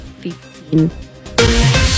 15